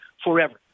forever